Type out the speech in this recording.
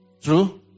True